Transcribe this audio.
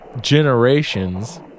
generations